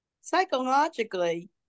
psychologically